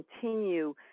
continue